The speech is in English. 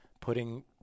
putting